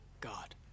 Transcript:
God